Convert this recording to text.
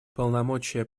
полномочия